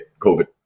COVID